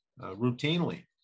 routinely